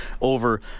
over